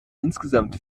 insgesamt